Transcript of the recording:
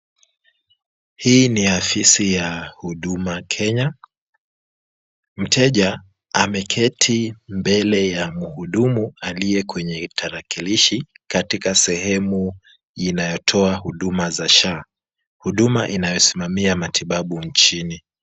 Hii ni afisi ya huduma Kenya. Mteja ameketi mbele ya muhudumu, aliye kwenye tarakilishi katika sehemu inayotoa huduma za SHA, huduma inayosimamia matibabu nchini.